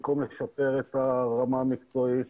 במקום לשפר את הרמה המקצועית,